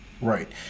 right